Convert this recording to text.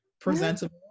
presentable